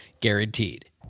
guaranteed